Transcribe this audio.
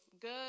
good